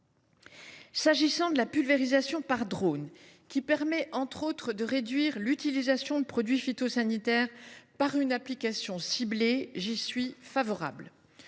favorable à la pulvérisation par drones, qui permet entre autres de réduire l’utilisation de produits phytosanitaires par une application ciblée. L’expérimentation